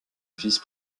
vice